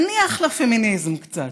נניח לפמיניזם קצת,